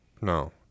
no